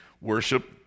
worship